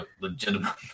Legitimate